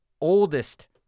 oldest